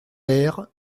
der